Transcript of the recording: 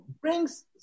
brings